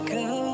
go